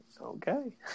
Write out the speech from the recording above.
Okay